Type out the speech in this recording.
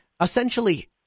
essentially